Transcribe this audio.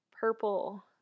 purple